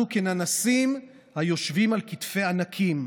אנחנו כננסים היושבים על כתפי ענקים,